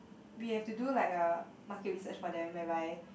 we have to do like a market research for them whereby